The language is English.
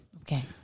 Okay